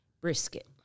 Brisket